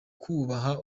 kubaha